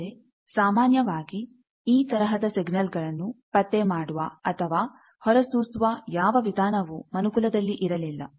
ಆದರೆ ಸಾಮಾನ್ಯವಾಗಿ ಈ ತರಹದ ಸಿಗ್ನಲ್ಗಳನ್ನು ಪತ್ತೆಮಾಡುವ ಅಥವಾ ಹೊರಸೂಸುವ ಯಾವ ವಿಧಾನವು ಮನುಕುಲದಲ್ಲಿ ಇರಲಿಲ್ಲ